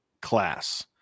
class